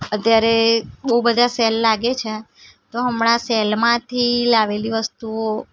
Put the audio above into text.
અત્યારે બહુ બધા સેલ લાગે છે તો હમણાં સેલમાંથી લાવેલી વસ્તુઓ